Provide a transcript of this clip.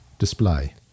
display